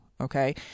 okay